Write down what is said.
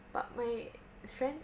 but my friends